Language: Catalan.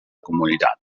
comunitat